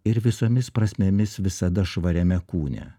ir visomis prasmėmis visada švariame kūne